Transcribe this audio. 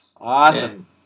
Awesome